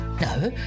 No